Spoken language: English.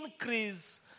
increase